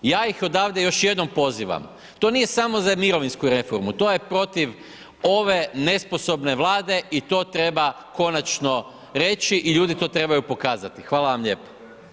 Ja ih odavde još jednom pozivam, to nije samo sa mirovinsku reformu, to je protiv ove nesposobne Vlade i to treba konačno reći i ljudi to trebaju pokazati, hvala vam lijepo.